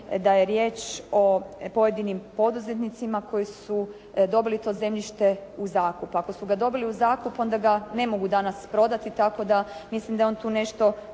da je riječ o pojedinim poduzetnicima koji su dobili to zemljište u zakup. Ako su ga dobili u zakup, onda ga ne mogu danas prodati tako da mislim da je on tu nešto